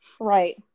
right